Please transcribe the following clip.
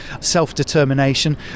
self-determination